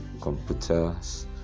computers